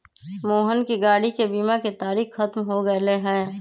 मोहन के गाड़ी के बीमा के तारिक ख़त्म हो गैले है